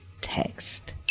text